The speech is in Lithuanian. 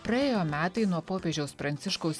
praėjo metai nuo popiežiaus pranciškaus